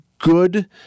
Good